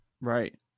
Right